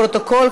לפרוטוקול,